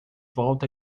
volta